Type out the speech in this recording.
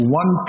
one